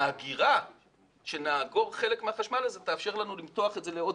האגירה שנעבור חלק מהחשמל הזה תאפשר לנו למתוח את זה לעוד